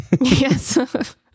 yes